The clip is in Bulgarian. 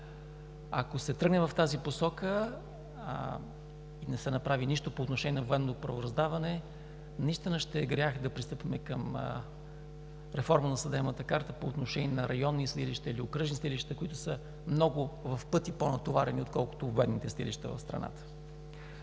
Ако се тръгне в тази посока и не се направи нищо по отношение на военното правораздаване, наистина ще е грях да пристъпим към реформа на съдебната карта по отношение на районни съдилища или окръжни съдилища, които са в пъти много по-натоварени, отколкото военните съдилища в страната.